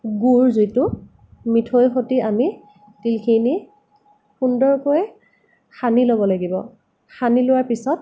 গুড় যিটো মিঠৈৰ সৈতে আমি তিলখিনি সুন্দৰকৈ সানি ল'ব লাগিব সানি লোৱাৰ পিছত